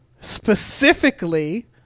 specifically